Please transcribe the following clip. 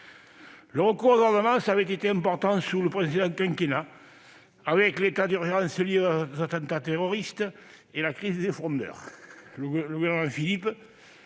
Le recours aux ordonnances avait été important sous le précédent quinquennat, avec l'état d'urgence lié aux attentats terroristes et la crise des frondeurs. Le gouvernement Philippe